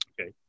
Okay